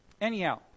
Anyhow